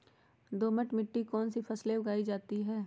दोमट मिट्टी कौन कौन सी फसलें उगाई जाती है?